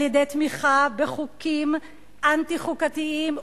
על-ידי תמיכה בחוקים אנטי-חוקתיים,